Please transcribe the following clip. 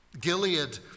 Gilead